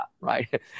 right